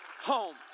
home